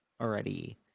already